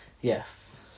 Yes